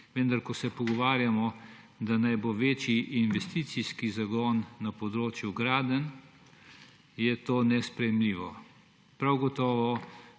vendar ko se pogovarjamo, da naj bo večji investicijski zagon na področju gradenj, je to nesprejemljivo. Prav gotovo